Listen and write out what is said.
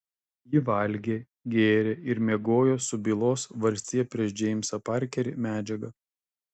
ji valgė gėrė ir miegojo su bylos valstija prieš džeimsą parkerį medžiaga